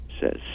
says